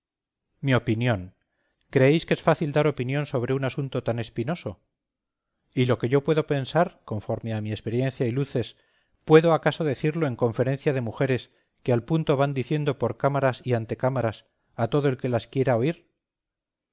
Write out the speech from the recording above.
mi opinión creéis que es fácil dar opinión sobre asunto tan espinoso y lo que yo pueda pensar conforme a mi experiencia y luces puedo acaso decirlo en conferencia de mujeres que al punto van diciendo por cámaras y ante cámaras a todo el que las quiera oír